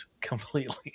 completely